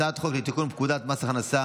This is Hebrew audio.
הצעת חוק לתיקון פקודת מס הכנסה